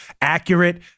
accurate